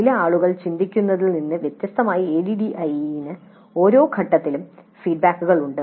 ചില ആളുകൾ ചിന്തിക്കുന്നതിൽ നിന്ന് വ്യത്യസ്തമായി ADDIE ന് ഓരോ ഘട്ടത്തിലും ഫീഡ്ബാക്കുകൾ ഉണ്ട്